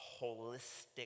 holistic